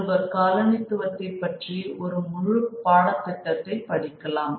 ஒருவர் காலனித்துவத்தை பற்றி ஒரு முழு பாடத்திட்டத்தை படிக்கலாம்